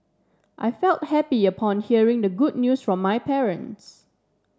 I felt happy upon hearing the good news from my parents